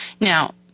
Now